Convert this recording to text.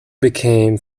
became